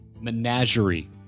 menagerie